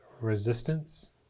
resistance